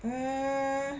mm